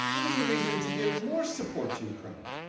there was a reason to give more support ukraine.